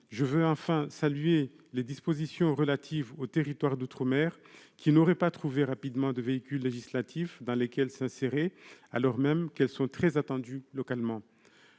Je veux enfin saluer les dispositions relatives aux territoires d'outre-mer, qui n'auraient pas trouvé rapidement de véhicules législatifs dans lesquels s'insérer, alors même qu'elles sont très attendues localement.